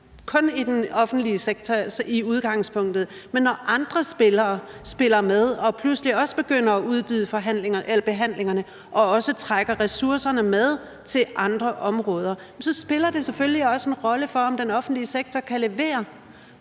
kun i den offentlige sektor, men når andre spillere spiller med og pludselig også begynder at udbyde behandlingerne og også trækker ressourcerne med til andre områder, spiller det selvfølgelig også en rolle for, om den offentlige sektor kan levere.